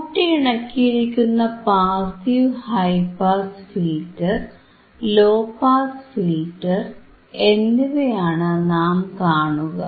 കൂട്ടിയിണക്കി യിരിക്കുന്ന passive high pass filter low pass filter എന്നിവയാണ് നാം കാണുക